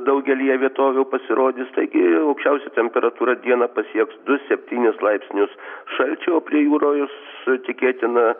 daugelyje vietovių pasirodys taigi aukščiausia temperatūra dieną pasieks du septynis laipsnius šalčio o prie jūros tikėtina